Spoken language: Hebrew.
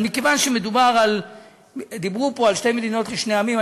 אבל מכיוון שדיברו פה על שתי מדינות לשני עמים,